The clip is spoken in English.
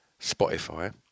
Spotify